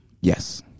Yes